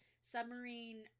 submarine